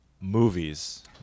movies